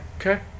Okay